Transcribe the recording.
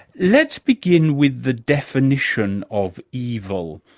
let's begin with the definition of evil.